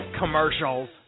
commercials